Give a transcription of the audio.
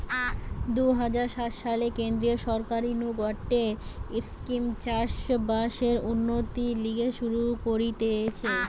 দুই হাজার সাত সালে কেন্দ্রীয় সরকার নু গটে স্কিম চাষ বাসের উন্নতির লিগে শুরু করতিছে